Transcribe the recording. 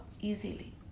easily